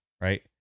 right